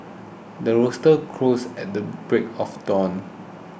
the rooster crows at the break of dawn